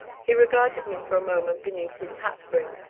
he regarded me for a moment beneath his hat brim,